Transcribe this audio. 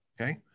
Okay